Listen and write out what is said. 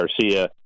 Garcia